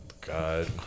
God